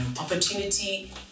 opportunity